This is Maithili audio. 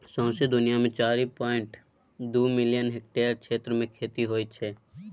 सौंसे दुनियाँ मे चारि पांइट दु मिलियन हेक्टेयर क्षेत्र मे खेती होइ छै